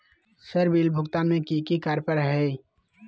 Sir bill भुगतान में की की कार्य पर हहै?